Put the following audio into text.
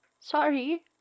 Sorry